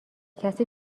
کسی